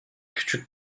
küçük